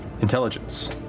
Intelligence